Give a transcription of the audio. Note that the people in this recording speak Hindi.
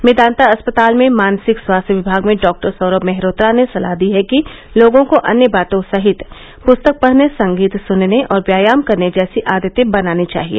मेदांता अस्पताल में मानसिक स्वास्थ्य विमाग में डॉक्टर सौरभ मेहरोत्रा ने सलाह दी है कि लोगों को अन्य बातों सहित पृस्तक पढने संगीत सुनने और व्यायाम करने जैसी आदतें बनानी चाहिए